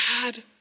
God